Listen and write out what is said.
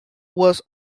was